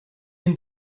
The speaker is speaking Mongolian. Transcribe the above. энэ